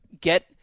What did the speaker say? get –